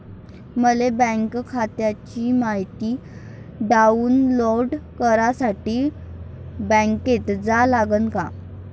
मले बँक खात्याची मायती डाऊनलोड करासाठी बँकेत जा लागन का?